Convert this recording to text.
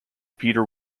peter